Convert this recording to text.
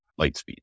Lightspeed